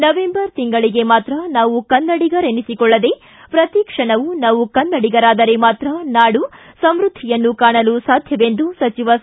November ತಿಂಗಳಿಗೆ ಮಾತ್ರ ನಾವು ಕನ್ನಡಿಗರೆನಿಸಿಕೊಳ್ಳದೆ ಪ್ರತಿಕ್ಷಣವು ನಾವು ಕನ್ನಡಿಗರಾದರೆ ಮಾತ್ರ ನಾಡು ಸಮ್ಬದ್ದಿಯನ್ನು ಕಾಣಲು ಸಾಧ್ಯವೆಂದು ಸಚಿವ ಸಾ